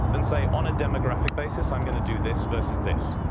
then say on a demographic basis, i'm going to do this versus this.